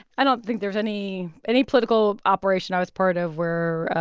i don't think there's any any political operation i was part of where,